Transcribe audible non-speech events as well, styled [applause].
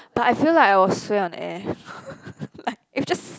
but I feel like I will sway on air [laughs] like just